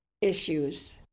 issues